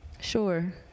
Sure